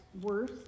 worse